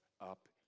up